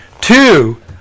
Two